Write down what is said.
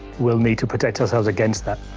we'll need to protect ourselves against that.